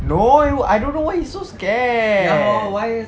no I don't know why he's so scared